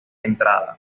entrada